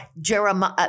Jeremiah